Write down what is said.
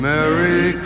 Merry